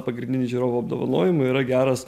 pagrindinį žiūrovų apdovanojimą yra geras